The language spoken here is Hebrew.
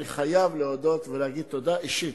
אני חייב להודות, ולהגיד תודה אישית,